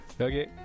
Okay